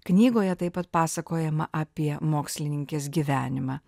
knygoje taip pat pasakojama apie mokslininkės gyvenimą